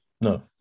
no